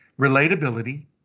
relatability